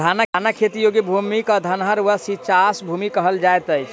धानक खेती योग्य भूमि क धनहर वा नीचाँस भूमि कहल जाइत अछि